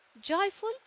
joyful